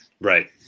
Right